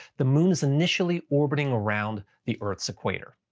the moon is initially orbiting around the earth's equator.